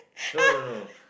no no no